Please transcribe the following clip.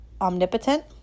omnipotent